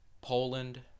Poland